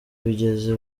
bigeze